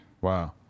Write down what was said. Wow